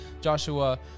Joshua